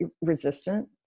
resistant